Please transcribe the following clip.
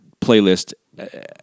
playlist